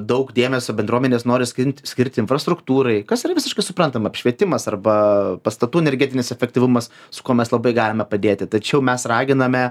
daug dėmesio bendruomenės noras skinti skirti infrastruktūrai kas yra visiškai suprantama apšvietimas arba pastatų energetinis efektyvumas su kuo mes labai galime padėti tačiau mes raginame